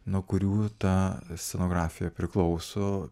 nuo kurių ta scenografija priklauso